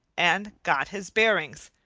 and got his bearings,